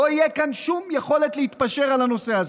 לא תהיה שום יכולת להתפשר על הנושא הזה.